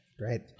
right